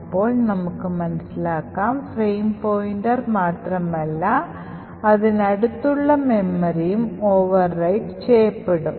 അപ്പോൾ നമുക്ക് മനസ്സിലാക്കാം ഫ്രെയിം പോയിന്റർ മാത്രമല്ല അതിനടുത്തുള്ള അടുത്തുള്ള മെമ്മറിയും overwrite ചെയ്യപ്പെടും